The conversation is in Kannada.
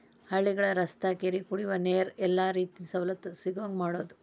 ಹಳ್ಳಿಗಳ ರಸ್ತಾ ಕೆರಿ ಕುಡಿಯುವ ನೇರ ಎಲ್ಲಾ ರೇತಿ ಸವಲತ್ತು ಸಿಗುಹಂಗ ಮಾಡುದ